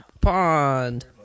pond